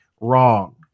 wrong